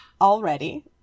already